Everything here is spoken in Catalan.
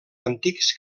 antics